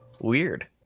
weird